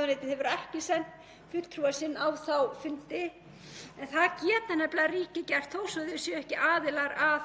að það eru mér mikil vonbrigði og ég vil hvetja íslensk stjórnvöld til þess að auðvitað gerast aðilar að